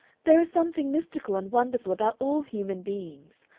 there is something mystical and wonderful about all human beings.